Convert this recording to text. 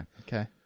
Okay